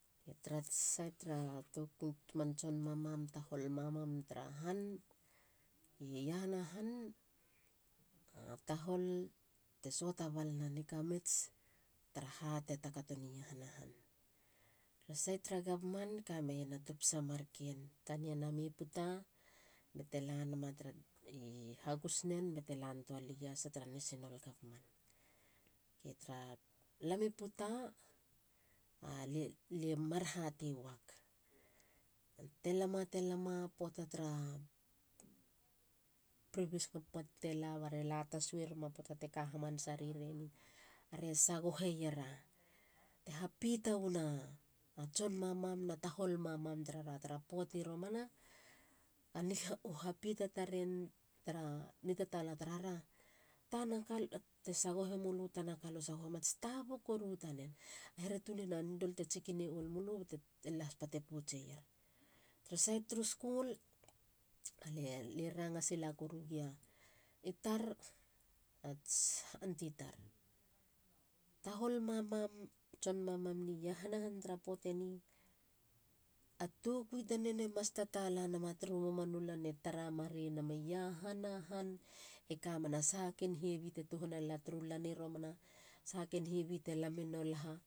Tarats sait tara man tson mamam. tahol mamam tara han. i iahana han. a tahol te suata balana ni kamits taraha te takato ni iahana han. Tara sait tara gavman. kameiena topisa marken. tania namei puta. ba te lanama tara i hagusnen ba te lantua lali iasa tara nesinol gavman. Ok. tara lami puta. alie mar hatei wag. telama. telama. poata tara previous gov man tela bare la tasu e rima poata teka hamanasa ri reni. a re sagoheiera te hapita wana tson mamam na tahol mamam tarara tara poati romana. a niha. u hapita taren tara ni tatala tarara. tanaka. te sagohe mulu. tanaka lue sagohema ats tabubu koru tanen. heretunena needle te tsikine olumulu bete las pate poutseier. Tara sait turu skul. alie. lie ranga sila koru gia i tar. ats aunty tar. tahol mamam. tson mamam ni iahana han tara poateni. a tokui tanen e mas tatala nama turu mamanu lan e tara marei nami iahana han. e kamena sahaken hevi te tuhana lala turu lan i romana nahaken hevi te lami nolaha